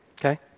okay